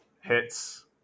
hits